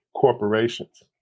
corporations